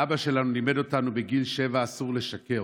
אבא שלנו לימד אותנו בגיל שבע, אסור לשקר.